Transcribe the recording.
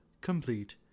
complete